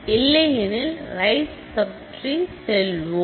இல்லையெனில் right subtree செல்லுவோம்